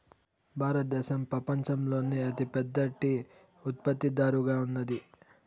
భారతదేశం పపంచంలోనే అతి పెద్ద టీ ఉత్పత్తి దారుగా ఉన్నాది